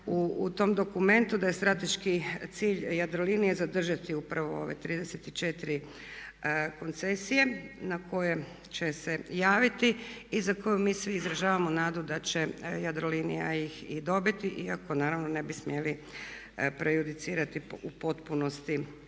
u tom dokumentu da je strateški cilj Jadrolinije zadržati upravo ove 34 koncesije na koje će se javiti i za koju mi svi izražavamo nadu da će Jadrolinija ih i dobiti iako naravno ne bi smjeli prejudicirati u potpunosti